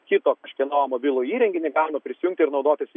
kito kažkieno mobilų įrenginį bando prisijungti ir naudotis